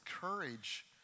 courage